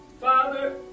Father